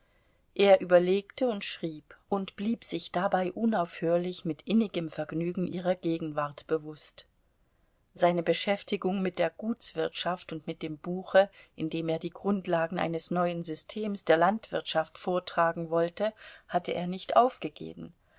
er überlegte und schrieb und blieb sich dabei unaufhörlich mit innigem vergnügen ihrer gegenwart bewußt seine beschäftigung mit der gutswirtschaft und mit dem buche in dem er die grundlagen eines neuen systems der landwirtschaft vortragen wollte hatte er nicht aufgegeben